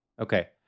Okay